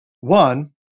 one